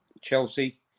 Chelsea